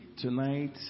tonight